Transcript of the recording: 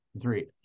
three